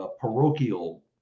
parochial